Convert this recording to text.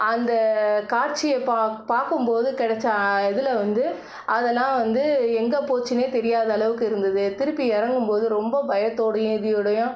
அந்த காட்சியை பாக் பார்க்கும் போது கிடச்ச இதில் வந்து அது எல்லாம் வந்து எங்கே போச்சுன்னே தெரியாத அளவுக்கு இருந்தது திருப்பி இறங்கும் போது ரொம்ப பயத்தோடையும் இதோடையும்